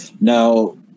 Now